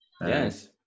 yes